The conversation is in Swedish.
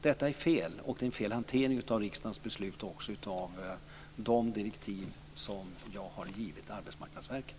Det är fel, och det innebär en felaktig hantering av riksdagens beslut och de direktiv jag har givit Arbetsmarknadsverket.